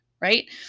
right